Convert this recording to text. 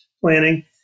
planning